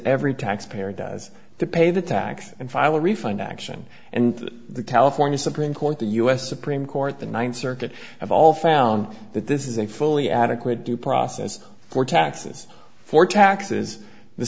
every taxpayer does to pay the tax and file refund action and the california supreme court the u s supreme court the ninth circuit have all found that this is a fully adequate due process for taxes for taxes